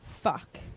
Fuck